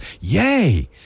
yay